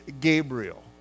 Gabriel